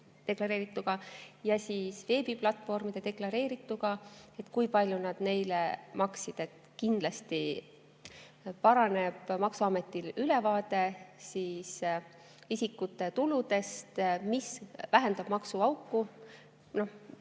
ja siis veebiplatvormide deklareerituga, et kui palju nad neile maksid. Kindlasti paraneb maksuametil ülevaade isikute tuludest, mis vähendab maksuauku.